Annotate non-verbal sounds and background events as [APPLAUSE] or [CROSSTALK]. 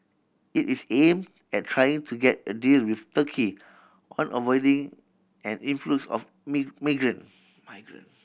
it is aimed at trying to get a deal with Turkey on avoiding an influx of me [UNINTELLIGIBLE] migrant